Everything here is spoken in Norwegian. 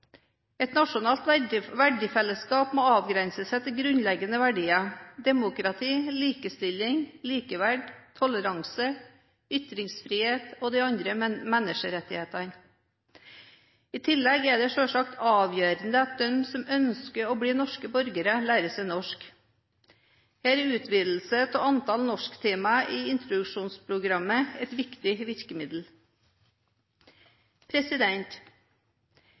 Et nasjonalt verdifellesskap må avgrenses til grunnleggende verdier: demokrati, likestilling, likeverd, toleranse, ytringsfrihet og de andre menneskerettighetene. I tillegg er det selvsagt avgjørende at de som ønsker å bli norske borgere, lærer seg norsk. Der er utvidelsen av antallet norsktimer i introduksjonsprogrammet et viktig